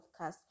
podcast